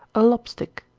a lopstick.